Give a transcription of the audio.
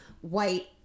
White